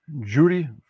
Judy